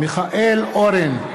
לא שומעים אותך, נאזם.